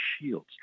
shields